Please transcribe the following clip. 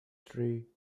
three